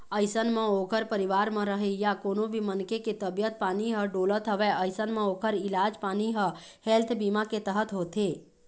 अइसन म ओखर परिवार म रहइया कोनो भी मनखे के तबीयत पानी ह डोलत हवय अइसन म ओखर इलाज पानी ह हेल्थ बीमा के तहत होथे